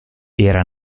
era